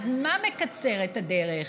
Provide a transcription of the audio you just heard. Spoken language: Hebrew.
אז מה מקצר את הדרך,